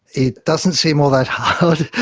it doesn't seem all that hard.